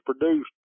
produced